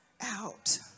out